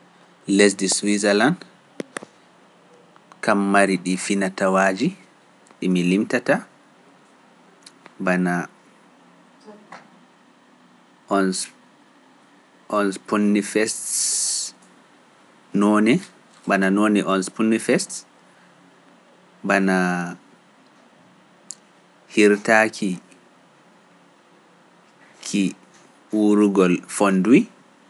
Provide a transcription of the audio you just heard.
Lesdi Suisalan, kammari ɗi finatawaaji ɗi mi limtata, bana on sponifest noone, bana hirtaaki ki uurugol fonduy.